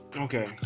Okay